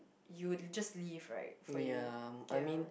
you would just leave right for you